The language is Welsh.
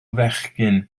fechgyn